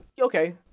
Okay